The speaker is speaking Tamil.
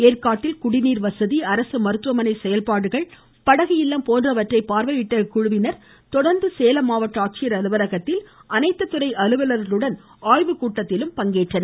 ஏற்காட்டில் குடிநீர் வசதி அரசு மருத்துவமனை செல்பாடுகள் படகு இல்லம் போன்றவற்றை பார்வையிட்ட இக்குழுவினர் தொடர்ந்து சேலம் மாவட்ட ஆட்சியர் அலுவலகத்தில் அனைத்து துறை அலுவலர்களுடன் ஆய்வுக்கூட்டத்திலும் பங்கேற்றனர்